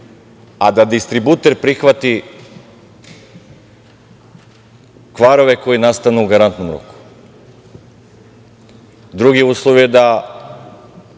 a da distributer prihvati kvarove koji nastanu u garantnom roku. Drugi uslov je da